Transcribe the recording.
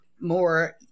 more